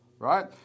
right